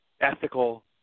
ethical